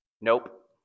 Nope